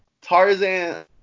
Tarzan